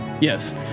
yes